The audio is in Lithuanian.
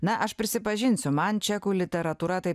na aš prisipažinsiu man čekų literatūra tai